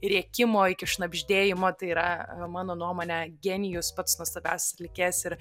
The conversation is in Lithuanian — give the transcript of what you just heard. rėkimo iki šnabždėjimo tai yra mano nuomone genijus pats nuostabiausias atlikėjas ir